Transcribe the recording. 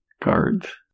cards